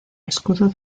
escudo